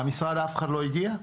מהמשרד אף אחד לא הגיע?